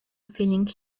feeling